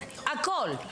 הכול.